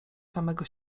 samego